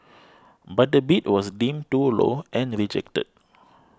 but the bid was deemed too low and rejected